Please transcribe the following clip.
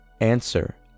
answer